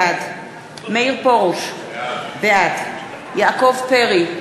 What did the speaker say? בעד מאיר פרוש, בעד יעקב פרי,